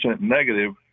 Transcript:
negative